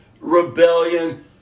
rebellion